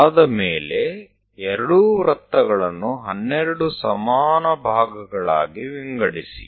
ಇದಾದ ಮೇಲೆ ಎರಡೂ ವೃತ್ತಗಳನ್ನು 12 ಸಮಾನ ಭಾಗಗಳಾಗಿ ವಿಂಗಡಿಸಿ